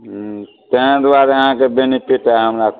हुँ ताहि दुआरे अहाँके बेनिफिट हइ हमरा